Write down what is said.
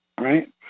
right